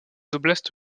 oblasts